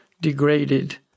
degraded